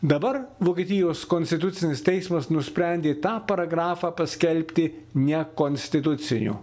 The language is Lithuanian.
dabar vokietijos konstitucinis teismas nusprendė tą paragrafą paskelbti nekonstituciniu